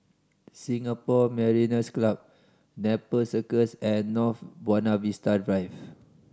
Singapore Mariners' Club Nepal Circus and North Buona Vista Drive